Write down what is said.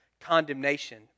condemnation